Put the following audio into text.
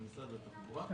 של משרד התחבורה,